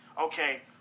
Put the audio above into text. okay